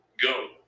go